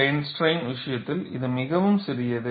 plane strain விஷயத்தில் இது மிகவும் சிறியது